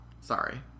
sorry